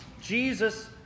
Jesus